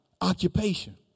occupation